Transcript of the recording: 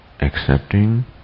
Accepting